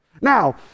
now